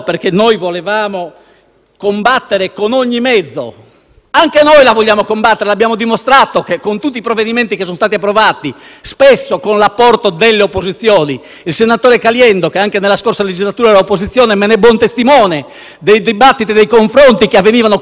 la corruzione con ogni mezzo: anche noi la vogliamo combattere e lo abbiamo dimostrato, con tutti i provvedimenti che sono stati approvati, spesso con l'apporto delle opposizioni. Il senatore Caliendo, che anche nella scorsa legislatura era all'opposizione, è buon testimone dei dibattiti e dei confronti che avvenivano quotidianamente in Commissione.